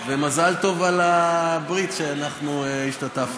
ומזל טוב על הברית שאנחנו השתתפנו בה.